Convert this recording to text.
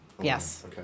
Yes